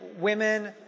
women